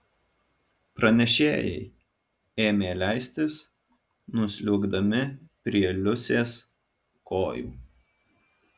pranešėjai ėmė leistis nusliuogdami prie liusės kojų